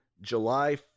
July